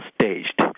staged